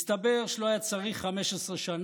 אז מסתבר שלא היה צריך 15 שנה,